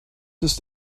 ist